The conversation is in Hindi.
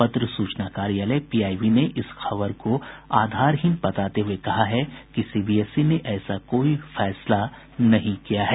पत्र सूचना कार्यालय पीआईबी ने इस खबर को आधारहीन बताते हुए कहा है कि सीबीएसई ने ऐसा कोई फैसला नहीं किया है